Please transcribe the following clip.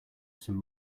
some